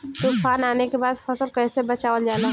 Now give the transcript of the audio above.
तुफान आने के बाद फसल कैसे बचावल जाला?